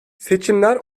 seçimler